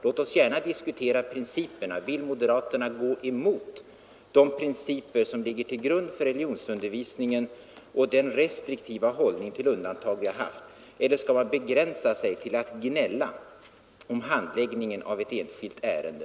Låt oss gärna diskutera principerna! Vill moderaterna gå emot de principer som ligger till grund för religionsundervisningen och den restriktiva hållning till undantag vi har haft? Eller skall de begränsa sig till att gnälla om handläggningen av ett enskilt ärende?